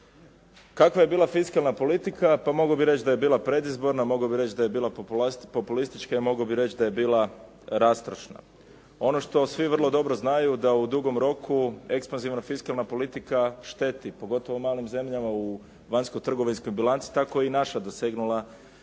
Kakva je bila fiskalna politika? Pa mogao bih reći da je bila predizborna, mogao bih reći da je bila populistička i mogao bih reći da je bila rastrošna. Ono što svi vrlo dobro znaju, da u dugom roku ekspanzivna fiskalna politika šteti, pogotovo malim zemljama u vanjsko-trgovinskoj bilanci. Tako je i naša dosegnula -10%